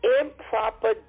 improper